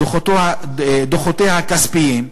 דוחותיה הכספיים",